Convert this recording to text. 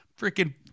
Freaking